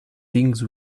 things